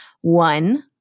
One